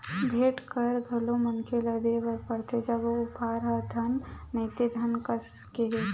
भेंट कर घलो मनखे ल देय बर परथे जब ओ उपहार ह धन नइते धन कस हे तब